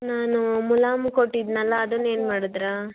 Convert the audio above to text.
ನಾನು ಮುಲಾಮು ಕೊಟ್ಟಿದ್ದೆನಲ್ಲ ಅದನ್ನು ಏನು ಮಾಡದ್ರಿ